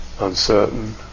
uncertain